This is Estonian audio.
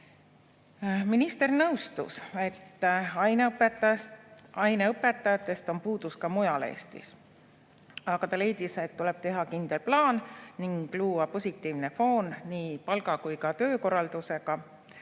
Minister nõustus, et aineõpetajatest on puudus ka mujal Eestis, aga ta leidis, et tuleb teha kindel plaan ning luua positiivne foon nii palga kui ka töökorraldusega,